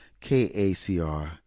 KACR